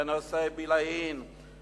בנושא בילעין,